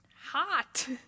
Hot